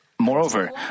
Moreover